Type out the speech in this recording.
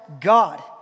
God